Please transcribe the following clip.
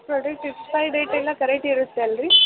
product expiry date ಎಲ್ಲ correct ಇರತ್ತೆ ಅಲ್ರಿ